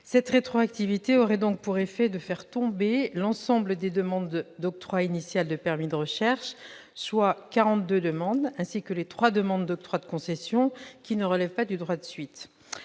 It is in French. Cette rétroactivité aurait pour effet de faire tomber l'ensemble des demandes d'octroi initial de permis de recherches, soit quarante-deux demandes, ainsi que les trois demandes d'octroi initial de concession qui ne relèvent pas du droit de suite.